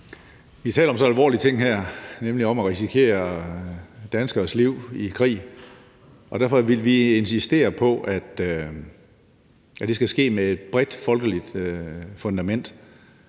Vi taler om meget alvorlige ting her, nemlig om at risikere danskeres liv i krig, og derfor vil vi insistere på, at det skal ske på et bredt folkeligt fundament.